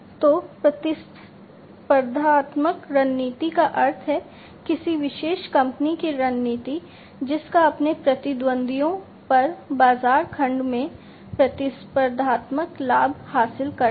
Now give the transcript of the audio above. तो प्रतिस्पर्धात्मक रणनीति का अर्थ है किसी विशेष कंपनी की रणनीति जिसका अपने प्रतिद्वंद्वियों पर बाजार खंड में प्रतिस्पर्धात्मक लाभ हासिल करना